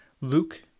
Luke